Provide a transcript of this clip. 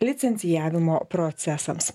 licencijavimo procesams